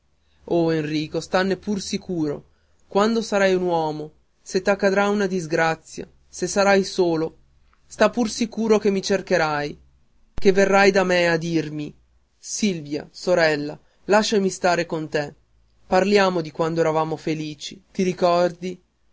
o enrico stanne pur sicuro quando sarai un uomo se t'accadrà una disgrazia se sarai solo sta pur sicuro che mi cercherai che verrai da me a dirmi silvia sorella lasciami stare con te parliamo di quando eravamo felici ti ricordi